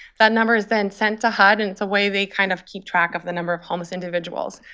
that number is then sent to hud. and it's a way they kind of keep track of the number of homeless individuals.